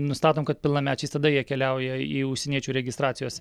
nustatom kad pilnamečiais tada jie keliauja į užsieniečių registracijos